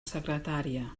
secretària